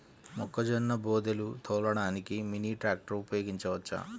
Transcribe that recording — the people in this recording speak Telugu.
మొక్కజొన్న బోదెలు తోలడానికి మినీ ట్రాక్టర్ ఉపయోగించవచ్చా?